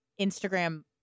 instagram